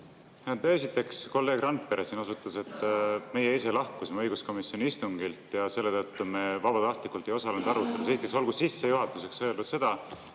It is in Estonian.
Esiteks, kolleeg Randpere siin osutas, et meie ise lahkusime õiguskomisjoni istungilt ja selle tõttu me vabatahtlikult ei osalenud aruteludel.